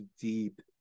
deep